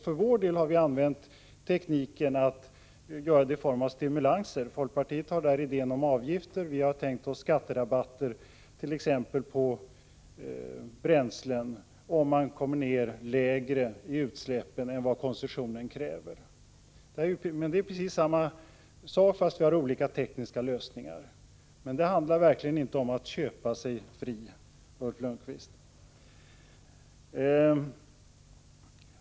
För vår del har vi använt tekniken att göra det i form av stimulanser, medan folkpartiet har idén om avgifter. Vi har tänkt oss skatterabatter, t.ex. på bränslen, om man kommer ner lägre i fråga om utsläppen än vad koncessionen kräver. Det är precis samma sak, fast vi har olika tekniska lösningar. Men det handlar verkligen inte om att köpa sig fri, Ulf Lönnqvist.